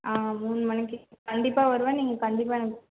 ஆ மூணு மணிக்கு கண்டிப்பாக வருவேன் நீங்கள் கண்டிப்பாக எனக்கு